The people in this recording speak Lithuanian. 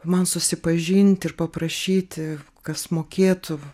man susipažinti ir paprašyti kas mokėtų